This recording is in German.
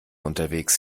unterwegs